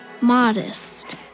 modest